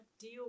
deal